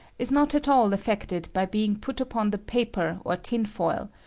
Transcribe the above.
is not at all affected by being put upon the paper or tin-foil,